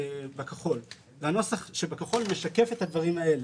בכחול והנוסח שבכחול משקף את הדברים האלה.